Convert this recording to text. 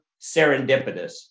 serendipitous